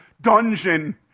dungeon